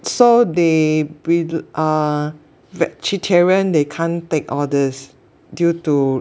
so they be err vegetarian they can't take all these due to reli~